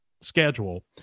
schedule